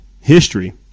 history